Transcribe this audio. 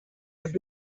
might